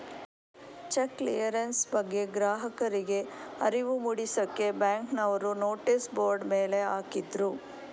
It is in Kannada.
ಚೆಕ್ ಕ್ಲಿಯರೆನ್ಸ್ ಬಗ್ಗೆ ಗ್ರಾಹಕರಿಗೆ ಅರಿವು ಮೂಡಿಸಕ್ಕೆ ಬ್ಯಾಂಕ್ನವರು ನೋಟಿಸ್ ಬೋರ್ಡ್ ಮೇಲೆ ಹಾಕಿದ್ರು